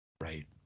Right